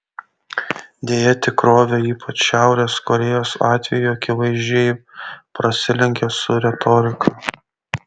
deja tikrovė ypač šiaurės korėjos atveju akivaizdžiai prasilenkia su retorika